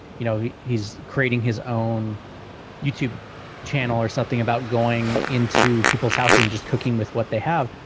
you know, he's creating his own youtube channel or something about going into people's houses and just cooking with what they have.